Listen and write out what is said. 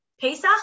Pesach